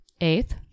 Eighth